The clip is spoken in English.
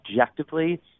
objectively